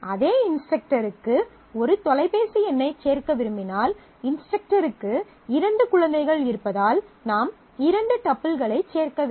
அதே இன்ஸ்டரக்டருக்கு ஒரு தொலைபேசி எண்ணைச் சேர்க்க விரும்பினால் இன்ஸ்டரக்டருக்கு இரண்டு குழந்தைகள் இருப்பதால் நாம் இரண்டு டப்பிள்களைச் சேர்க்க வேண்டும்